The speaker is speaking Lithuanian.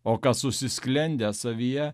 o kas užsisklendęs savyje